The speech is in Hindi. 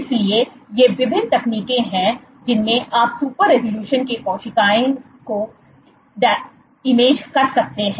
इसलिए ये विभिन्न तकनीकें हैं जिनमें आप सुपर रिज़ॉल्यूशन में कोशिकाओं को इमेज कर सकते हैं